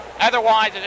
Otherwise